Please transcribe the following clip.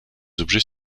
objets